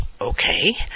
Okay